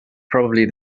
probably